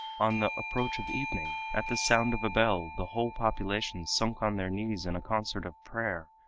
on the approach of evening, at the sound of a bell the whole population sunk on their knees in a concert of prayer,